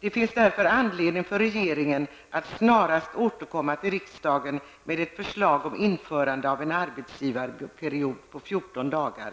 Det finns därför anledning för regeringen att snarast återkomma till riksdagen med ett förslag om införande av en arbetsgivarperiod på 14 dagar.